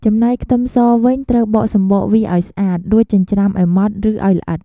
ចំណែកខ្ទឺមសវិញ ត្រូវបកសំបកវាឱ្យស្អាត រួចចិញ្រ្ចាំឱ្យម៉ដ្ត ឬឱ្យល្អិត។